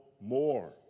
more